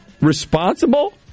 responsible